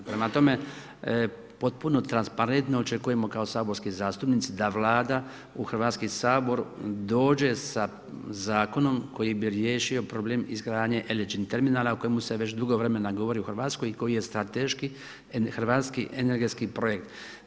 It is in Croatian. Prema tome, potpuno transparentno očekujemo kao saborski zastupnici da Vlada u Hrvatski sabor dođe sa zakonom koji bi riješio problem izgradnje LNG terminala o kojemu se već dugo vremena govori u Hrvatskoj i koji je strateški hrvatski energetski projekt.